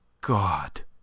God